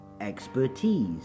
expertise